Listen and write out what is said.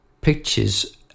pictures